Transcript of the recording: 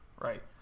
right